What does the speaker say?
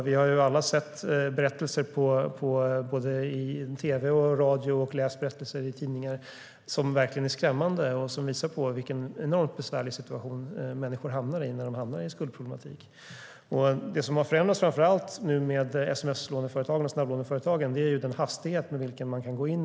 Vi har ju alla sett på tv, hört på radio och läst i tidningar om människor med skuldproblematik som verkligen är skrämmande och som visar vilken enormt besvärlig situation dessa människor hamnar i. Det som har förändrats nu framför allt med sms-låneföretag och snabblåneföretagen är den hastighet med vilken man kan ingå avtal.